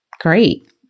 Great